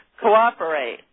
cooperate